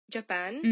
Japan